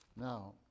Now